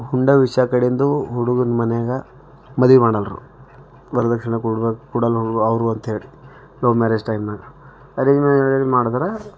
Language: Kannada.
ಹುಂಡ ವಿಷಯ ಕಡೆಂದು ಹುಡುಗನ ಮನ್ಯಾಗೆ ಮದುವೆ ಮಾಡಲ್ರು ವರದಕ್ಷಿಣೆ ಕೊಡ್ಬೇಕು ಕೊಡಲ್ರು ಅವರು ಅಂಥೇಳಿ ಲವ್ ಮ್ಯಾರೇಜ್ ಟೈಮ್ನಾಗೆ ಮಾಡಿದ್ರೆ